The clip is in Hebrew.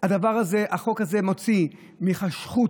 החוק הזה מוציא מחשכה.